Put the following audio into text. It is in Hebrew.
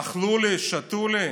אכלו לי, שתו לי.